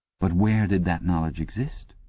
but where did that knowledge exist?